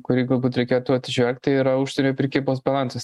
kurį galbūt reikėtų atsižvelgti yra užsienio prekybos balansas